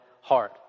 heart